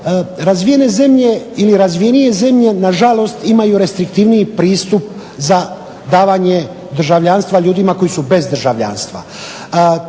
jer pazite, razvijenije zemlje imaju restriktivniji pristup za davanje državljanstva ljudima koji su bez državljanstva.